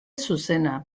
zuzena